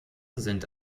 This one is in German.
sind